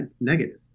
negative